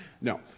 No